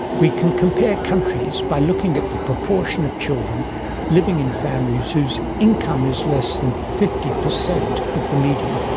we can compare countries by looking at the proportion of children living in families whose income is less than fifty per cent of the median.